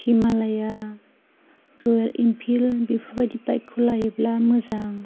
गोजान गोजान नों ट्रेबेलिं खालामनो थाखाय हिमालाया रयेल एन्फिल्ड बेफोरबायदि बाइखौ लायोब्ला मोजां